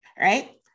right